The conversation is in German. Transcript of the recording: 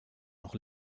noch